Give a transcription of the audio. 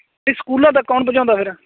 ਅਤੇ ਸਕੂਲਾਂ ਤੱਕ ਕੌਣ ਪਹੁੰਚਾਉਂਦਾ ਫਿਰ